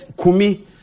Kumi